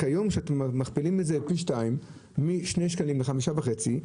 אבל היום כשאתם מכפילים את זה משני שקלים ל-5.5 שקלים,